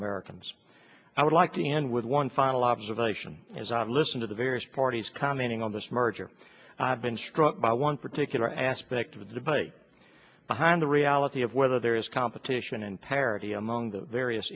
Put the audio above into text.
americans i would like to end with one final observation as i listen to the various parties commenting on this merger and i've been struck by one particular aspect of the debate behind the reality of whether there is competition in parity among the various